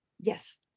Yes